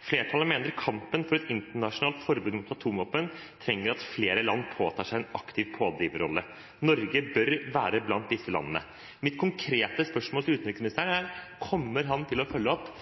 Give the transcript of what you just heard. «Flertallet mener kampen for et internasjonalt forbud mot atomvåpen trenger at flere land påtar seg en aktiv pådriverrolle. Norge bør være blant disse landene.» Mitt konkrete spørsmål til utenriksministeren er: Kommer han til å følge opp